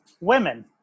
women